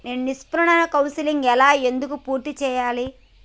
నేను నిష్క్రమణ కౌన్సెలింగ్ ఎలా ఎందుకు పూర్తి చేయాలి?